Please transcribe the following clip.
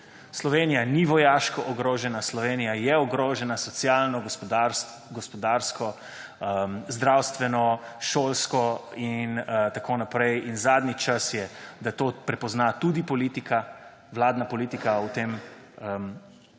Slovenija ni vojaško ogrožena, Slovenija je ogrožena socialno, gospodarsko, zdravstveno, šolsko in tako naprej. In zadnji čas je, da to prepozna tudi politika, vladna politika v tem